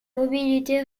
mobilité